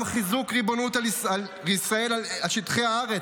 גם חיזוק ריבונות ישראל על שטחי הארץ,